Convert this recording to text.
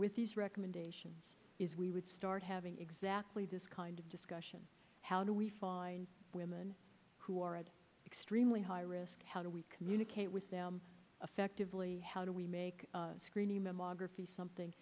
with these recommendations is we would start having exactly this kind of discussion how do we find women who are extremely high risk how do we communicate with them effectively how do we make screening mammography something